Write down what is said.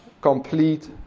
complete